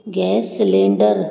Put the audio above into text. gas cylinder